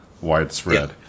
widespread